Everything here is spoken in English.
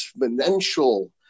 exponential